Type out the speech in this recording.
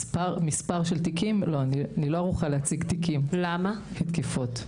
אני לא ערוכה להציג תיקים של תקיפות.